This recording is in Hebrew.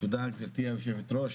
תודה גברתי היושבת ראש,